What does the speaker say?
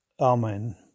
Amen